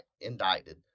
indicted